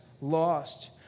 lost